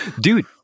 dude